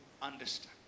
Understand